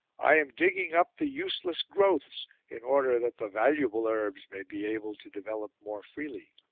i am digging up the useless growths in order that the raluable herbs may be able to develop more freely.